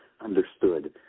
understood